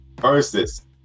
versus